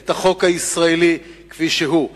את החוק הישראלי כפי שהוא.